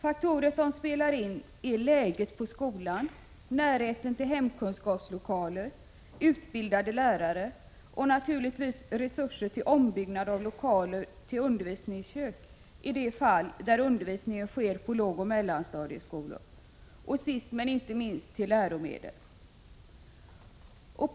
Faktorer som spelar in är skolans läge, närheten till hemkunskapslokaler, tillgång till utbildade lärare, vilka resurser som finns för ombyggnad av lokaler till undervisningskök, i de fall där undervisningen sker på lågoch mellanstadieskolor, samt sist men inte minst tillgången till läromedel.